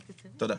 תודה.